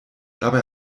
dabei